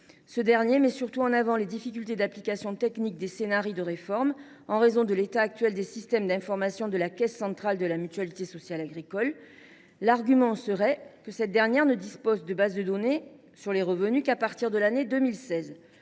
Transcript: lequel met surtout en avant les difficultés d’application techniques des scénarios de réforme, en raison de l’état actuel des systèmes d’information de la Caisse centrale de la Mutualité sociale agricole. L’argument serait que cette dernière ne dispose de bases de données sur les revenus qu’à partir de l’année 2016.